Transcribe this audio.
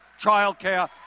childcare